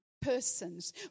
persons